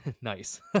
nice